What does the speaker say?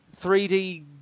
3D